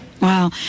Wow